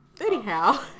anyhow